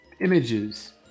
images